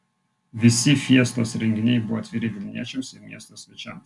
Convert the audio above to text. visi fiestos renginiai buvo atviri vilniečiams ir miesto svečiams